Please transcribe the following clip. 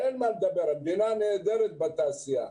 אין מה לדבר, המדינה נהדרת בתעשייה.